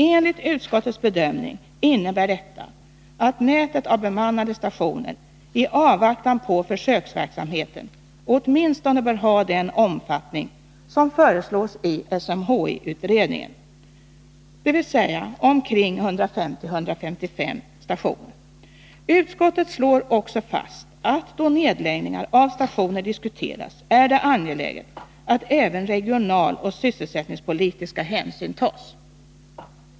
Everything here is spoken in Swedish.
Enligt utskottets bedömning innebär detta att nätet av bemannade stationer i avvaktan på försöksverksamheten åtminstone bör ha den omfattning som föreslås i SMHI-utredningen, dvs. 150-155 stationer. Utskottet slår också fast att då nedläggningar av stationer diskuteras är det angeläget att även regionaloch sysselsättningspolitiska hänsyn tas.